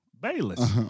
Bayless